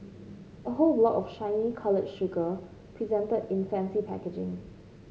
a whole block of shiny coloured sugar presented in fancy packaging